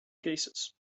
cases